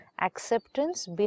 Acceptance